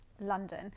london